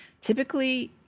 Typically